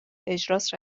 اجراست